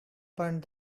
burned